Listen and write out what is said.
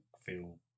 feel